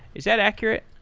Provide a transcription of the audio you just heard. is that accurate?